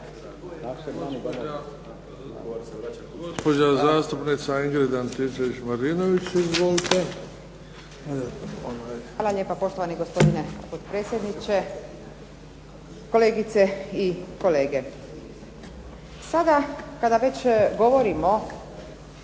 Hvala lijepa poštovani gospodine potpredsjedniče, kolegice i kolege. Sada kada već govorimo